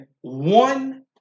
one